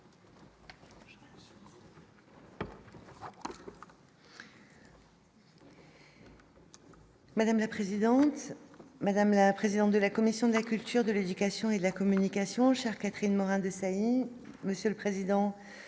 Madame la présidente, madame la présidente de la commission de la culture, de l'éducation et de la communication Chère Catherine Morin-Desailly, monsieur le président